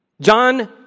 John